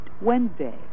Wednesday